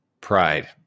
Pride